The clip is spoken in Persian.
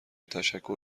تشکر